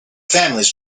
families